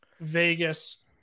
vegas